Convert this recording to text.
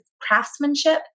craftsmanship